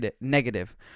negative